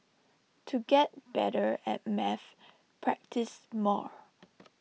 to get better at maths practise more